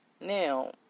Now